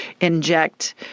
inject